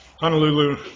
Honolulu